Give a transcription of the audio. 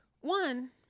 one